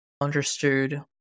understood